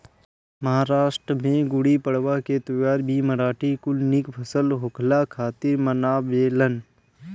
महाराष्ट्र में गुड़ीपड़वा के त्यौहार भी मराठी कुल निक फसल होखला खातिर मनावेलन